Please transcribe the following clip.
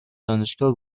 دانشگاه